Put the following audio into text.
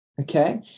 okay